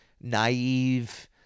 naive